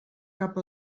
cap